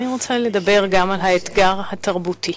אני רוצה לדבר גם על האתגר התרבותי.